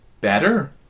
better